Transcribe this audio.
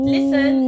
Listen